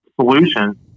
solution